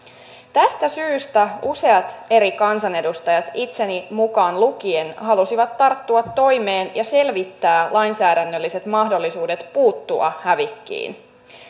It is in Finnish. tästä syystä useat eri kansanedustajat itseni mukaan lukien halusivat tarttua toimeen ja selvittää lainsäädännölliset mahdollisuudet puuttua hävikkiin